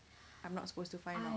I'm not supposed to find out